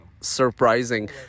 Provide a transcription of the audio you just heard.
surprising